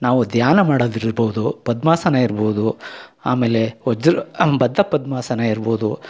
ನಾವು ಧ್ಯಾನ ಮಾಡೋದಿರ್ಬೌದು ಪದ್ಮಾಸನ ಇರ್ಬೌದು ಆಮೇಲೆ ವಜ್ರ ಬದ್ದ ಪದ್ಮಾಸನ ಇರ್ಬೌದು